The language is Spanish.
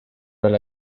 del